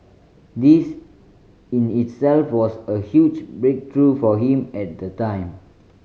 this in itself was a huge breakthrough for him at the time